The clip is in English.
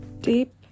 deep